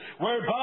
whereby